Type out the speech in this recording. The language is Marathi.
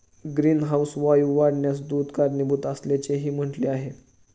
ग्रीनहाऊस वायू वाढण्यास दूध कारणीभूत असल्याचेही म्हटले आहे